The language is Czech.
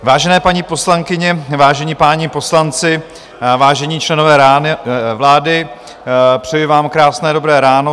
Vážené paní poslankyně, vážení páni poslanci, vážení členové vlády, přeji vám krásné dobré ráno.